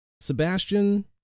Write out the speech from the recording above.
Sebastian